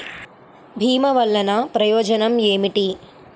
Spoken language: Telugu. భీమ వల్లన ప్రయోజనం ఏమిటి?